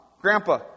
Grandpa